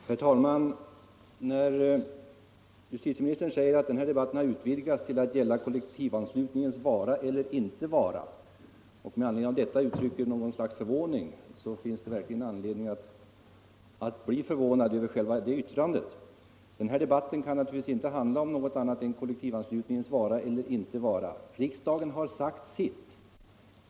Herr talman! När justitieministern säger att den här debatten har utvidgats till att gälla kollektivanslutningens vara eller inte vara och med anledning av detta uttrycker något slags förvåning, så finns det verkligen anledning att bli förvånad över det yttrandet. Den här debatten kan naturligtvis inte handla om någonting annat än kollektivanslutningens vara eller inte vara. Riksdagen har sagt sitt.